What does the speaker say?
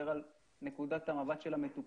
אלא יותר על נקודת המבט של המטופלים.